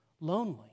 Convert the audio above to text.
lonely